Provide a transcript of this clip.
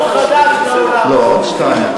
לא, עוד שתיים.